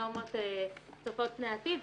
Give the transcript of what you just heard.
נורמות צופות פני עתיד,